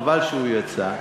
חבל שהוא יצא,